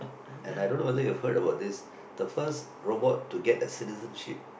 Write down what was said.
and I don't know whether you heard about this the first robot to get a citizenship